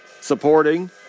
supporting